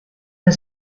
the